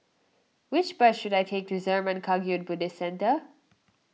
which bus should I take to Zurmang Kagyud Buddhist Centre